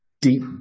deep